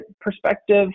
perspective